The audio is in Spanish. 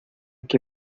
que